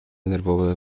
nerwowe